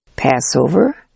Passover